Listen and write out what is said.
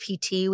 PT